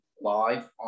live